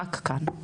רק כאן.